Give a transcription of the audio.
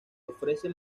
ofrece